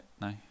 No